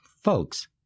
Folks